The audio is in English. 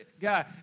guy